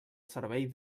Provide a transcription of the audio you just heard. servei